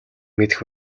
мэдэх